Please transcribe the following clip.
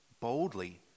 boldly